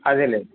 అదేలేండి